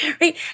right